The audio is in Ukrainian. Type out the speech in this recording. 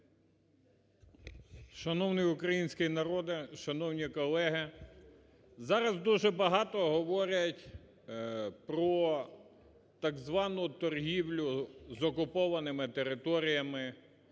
Шановний український народе! Шановні колеги! Зараз дуже багато говорять про так звану торгівлю з окупованими територіями,